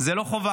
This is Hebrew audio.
זה לא חובה.